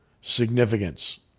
significance